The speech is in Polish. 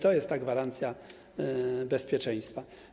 To jest ta gwarancja bezpieczeństwa.